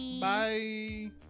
Bye